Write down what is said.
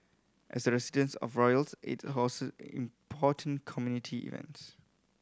as the residence of royals it hosted important community events